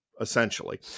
essentially